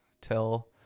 tell